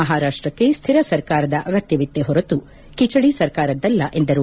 ಮಹಾರಾಷ್ಲಗೆ ಸ್ತೀರ ಸರ್ಕಾರದ ಅಗತ್ಯವಿತ್ತೆ ಹೊರತು ಕಿಚಡಿ ಸರ್ಕಾರದ್ದಲ್ಲ ಎಂದರು